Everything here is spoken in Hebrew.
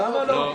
למה לא?